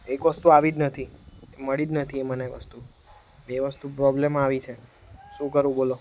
એક વસ્તુ આવી જ નથી મળી જ નથી એ મને એ વસ્તુ બે વસ્તુ પ્રોબ્લમમાં આવી છે શું કરું બોલો